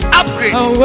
upgrades